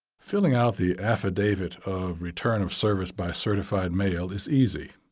filling out the affidavit of return of service by certified mail is easy.